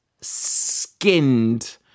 skinned